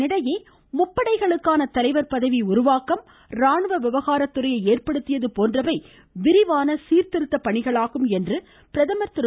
இதனிடையே முப்படைகளுக்கான தலைவர பதவி உருவாக்கம் ராணுவ விவகார துறையை ஏற்படுத்தியது போன்றவை விரிவான சீர்திருத்த பணியாகும் என்று பிரதமர் திரு